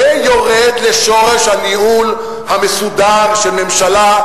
זה יורד לשורש הניהול המסודר של ממשלה,